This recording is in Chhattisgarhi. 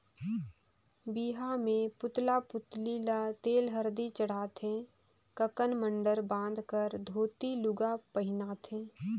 बिहा मे पुतला पुतली ल तेल हरदी चढ़ाथे ककन मडंर बांध कर धोती लूगा पहिनाथें